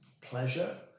pleasure